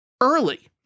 early